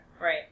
Right